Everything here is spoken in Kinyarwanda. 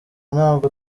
ntabwo